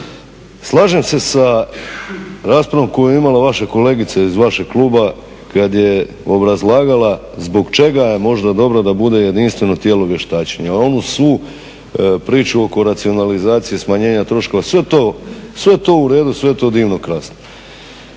Slažem se sa raspravom koja je imala vaša kolegica iz vašeg kluba kada je obrazlagala zbog čega je možda dobro da bude jedinstveno tijelo vještačenja. Onu svu priču oko racionalizacije, smanjenja troškova sve je to uredu, sve je to divno, krasno.